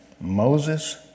Moses